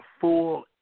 full